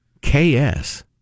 K-S